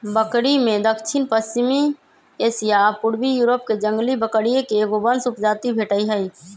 बकरिमें दक्षिणपश्चिमी एशिया आ पूर्वी यूरोपके जंगली बकरिये के एगो वंश उपजाति भेटइ हइ